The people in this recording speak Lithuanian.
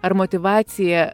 ar motyvaciją